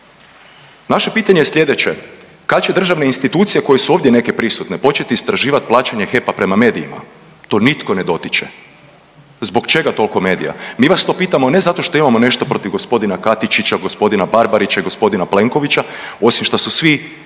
Naše pitanje je sljedeće. Kad će državne institucije koje su ovdje neke prisutne početi istraživati plaćanje HEP-a prema medijima. To nitko ne dotiče. Zbog čega toliko medija? Mi vas to pitamo ne zato što imamo nešto protiv gospodina Katičića, gospodina Barbarića i gospodina Plenkovića osim što su svi